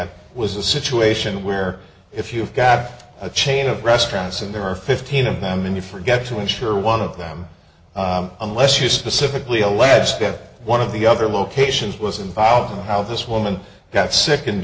at was a situation where if you've got a chain of restaurants and there are fifteen of them in you forget to ensure one of them unless you specifically alaska one of the other locations was involved how this woman got sick